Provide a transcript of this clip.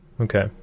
Okay